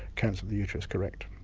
cancer of the uterus correct.